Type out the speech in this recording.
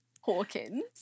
Hawkins